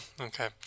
okay